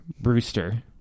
Brewster